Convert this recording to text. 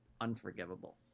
unforgivable